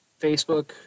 Facebook